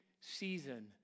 season